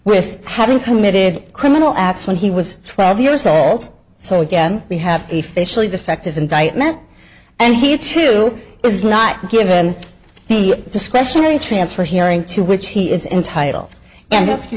with having committed criminal acts when he was twelve years old so again we have a facially defective indictment and he too is not given the discretionary transfer hearing to which he is entitled